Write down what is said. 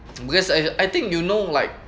because I I think you know like